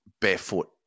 barefoot